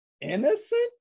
Innocent